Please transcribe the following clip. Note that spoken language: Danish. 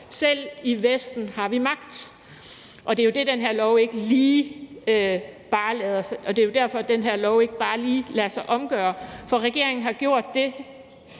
selv i Vesten har vi magt. Kl. 10:33 Det er jo derfor, at den her lov ikke bare lige lader sig omgøre. For regeringen har gjort det